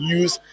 use